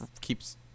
keeps